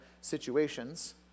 situations